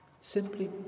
simply